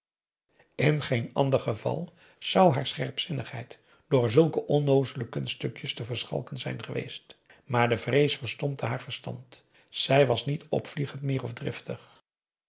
in geen ander geval zou haar scherpzinnigheid door zulke onnoozele kunststukjes te verschalken zijn geweest maar de vrees verstompte haar verstand zij was niet opvliegend meer of driftig